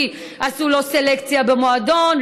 כי עשו לו סלקציה במועדון,